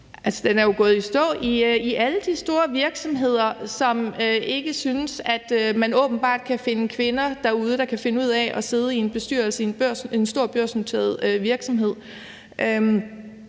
Den er jo gået i stå i alle de store virksomheder, som åbenbart ikke synes, at man kan finde kvinder derude, der kan finde ud af at sidde i en bestyrelse i en stor børsnoteret virksomhed.